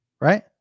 right